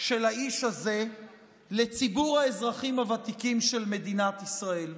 של האיש הזה לציבור האזרחים הוותיקים של מדינת ישראל.